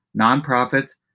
nonprofits